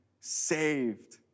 saved